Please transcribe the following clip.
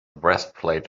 breastplate